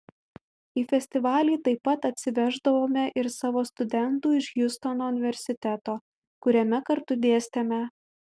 į festivalį taip pat atsiveždavome ir savo studentų iš hjustono universiteto kuriame kartu dėstėme